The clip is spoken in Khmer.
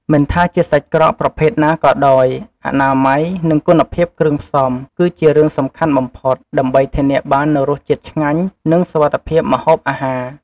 មិនថាជាសាច់ក្រកប្រភេទណាក៏ដោយ អនាម័យ និងគុណភាពគ្រឿងផ្សំ គឺជារឿងសំខាន់បំផុត ដើម្បីធានាបាននូវរសជាតិឆ្ងាញ់ និងសុវត្ថិភាពម្ហូបអាហារ។